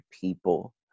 people